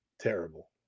terrible